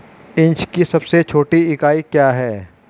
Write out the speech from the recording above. Inch की सबसे छोटी इकाई क्या है?